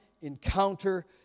encounter